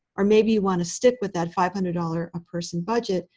or maybe you want to stick with that five hundred dollars a person budget,